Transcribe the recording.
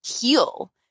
heal